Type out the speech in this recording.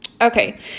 Okay